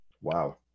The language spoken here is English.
Wow